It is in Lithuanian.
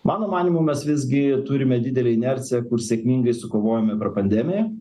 mano manymu mes visgi turime didelę inerciją kur sėkmingai sukovojome per pandemiją